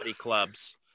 clubs